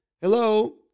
Hello